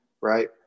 right